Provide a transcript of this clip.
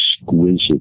exquisite